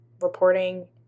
reporting